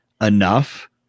enough